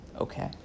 okay